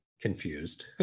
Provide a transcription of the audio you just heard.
confused